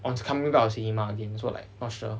oh it's coming back on cinema again so like not sure